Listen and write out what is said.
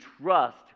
trust